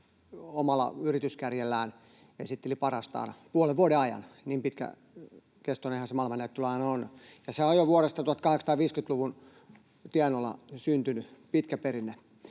omalla yrityskärjellään parastaan puolen vuoden ajan — niin pitkäkestoinenhan se maailmannäyttely aina on. Sehän on jo 1850-luvun tienoilla syntynyt pitkä perinne.